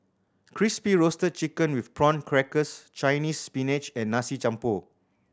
Crispy Roasted Chicken with Prawn Crackers Chinese Spinach and Nasi Campur